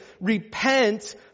Repent